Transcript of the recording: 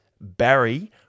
Barry